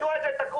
מדוע זה תקוע?